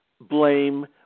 blame